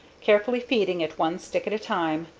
carefully feeding it one stick at a time,